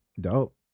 Dope